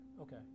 Okay